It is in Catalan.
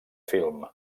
film